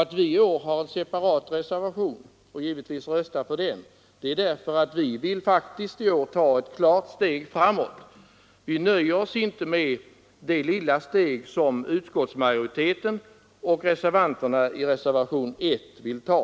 Att vi i år har en separat reservation och givetvis röstar för den beror på att vi vill ta ett klart steg framåt. Vi nöjer oss inte med det lilla steg som utskottsmajoriteten och reservanterna i reservationen 1 vill ta.